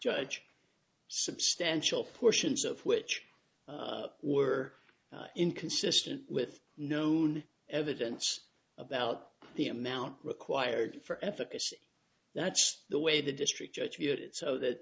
judge substantial portions of which were inconsistent with known evidence about the amount required for efficacy that's the way the district judge viewed it so that